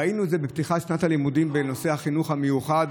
ראינו את זה בפתיחת שנת הלימודים בנושא החינוך המיוחד,